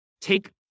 take